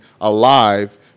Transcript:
alive